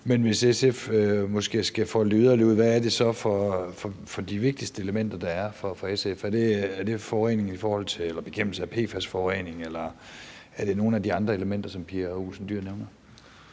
hvis SF måske skal folde det yderligere ud, hvad er så de vigtigste elementer for SF? Er det bekæmpelsen af PFAS-forureningen, eller er det nogle af de andre elementer, som Pia Olsen Dyhr nævner?